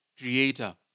creator